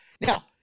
Now